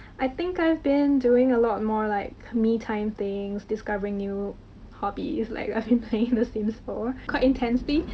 i think i've been doing a lot more like me-time things. discovering new hobbies like i've been playing the sims four quite intensely.